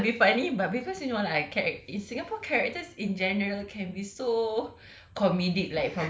like it's not meant to be funny but because you know like charac~ in singapore characters in general can be so